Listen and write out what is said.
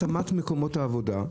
התאמת מקומות העבודה,